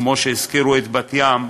כמו שהזכירו את בת-ים,